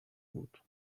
بود